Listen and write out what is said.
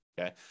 Okay